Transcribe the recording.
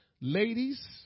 Ladies